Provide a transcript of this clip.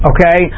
Okay